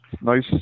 nice